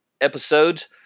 episodes